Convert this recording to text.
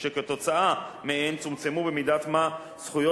שכתוצאה מהן צומצמו במידת מה זכויות